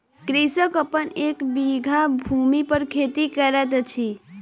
कृषक अपन एक बीघा भूमि पर खेती करैत अछि